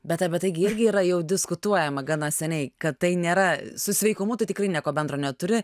bet apie tai gi irgi yra jau diskutuojama gana seniai kad tai nėra su sveikumu tai tikrai nieko bendro neturi